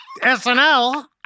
SNL